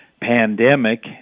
pandemic